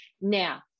Now